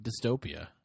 Dystopia